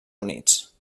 units